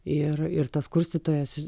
ir ir tas kurstytojas